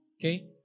Okay